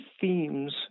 themes